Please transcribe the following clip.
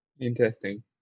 Interesting